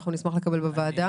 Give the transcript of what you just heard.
נשמח לקבל בוועדה.